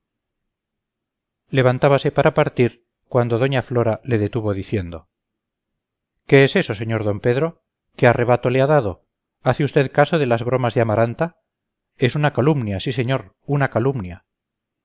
retirarme levantábase para partir cuando doña flora le detuvo diciendo qué es eso sr d pedro qué arrebato le ha dado hace usted caso de las bromas de amaranta es una calumnia sí señor una calumnia